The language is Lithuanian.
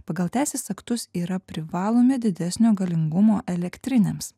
pagal teisės aktus yra privalomi didesnio galingumo elektrinėms